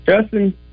Justin